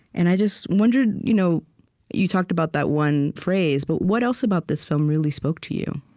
and i just wondered, you know you talked about that one phrase, but what else about this film really spoke to you?